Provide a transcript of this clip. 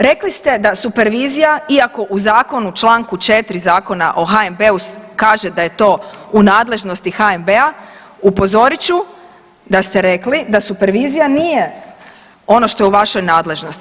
Rekli ste da supervizija iako u zakonu u čl. 4. Zakona o HNB-u kaže da je to u nadležnosti HNB-a upozorit ću da ste rekli da supervizija nije ono što je u vašoj nadležnosti.